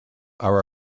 are